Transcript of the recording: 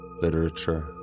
literature